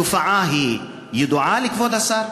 התופעה ידועה לכבוד השר?